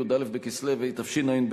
י"א בכסלו התשע"ב,